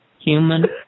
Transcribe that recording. human